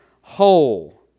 whole